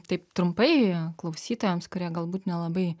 taip trumpai klausytojams kurie galbūt nelabai